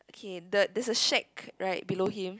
okay the there is shack right below him